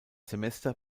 semester